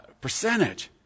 percentage